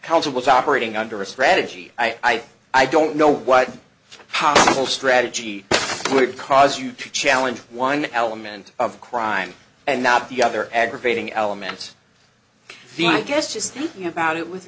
counsel was operating under a strategy i i don't know white house strategy would cause you to challenge one element of crime and not the other aggravating element i guess just thinking about it with